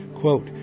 quote